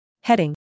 Heading